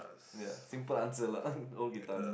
ya simple answer lah old guitars